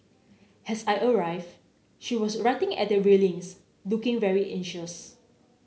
as I arrive she was writing at the railings looking very anxious